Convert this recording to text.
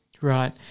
Right